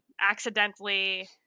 accidentally